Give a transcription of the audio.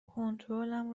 کنترلم